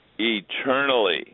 eternally